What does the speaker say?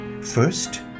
First